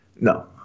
No